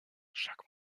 chaque